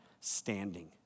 standing